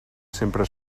sempre